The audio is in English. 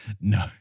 No